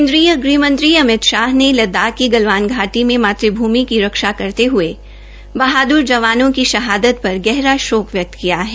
केन्द्रीय गृहमंत्री अमित शाह ने लददाख की गलवान घाटी मे मातभूमि की रक्षा करते बाहदर जवानों की शहादत पर गहरा शोक व्यक्त किया है